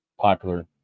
popular